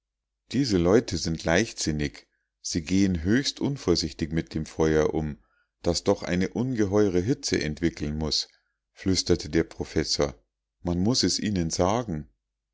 diese leute sind leichtsinnig sie gehen höchst unvorsichtig mit dem feuer um das doch eine ungeheure hitze entwickeln muß flüsterte der professor man muß es ihnen sagen